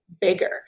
bigger